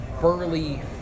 burly